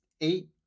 eight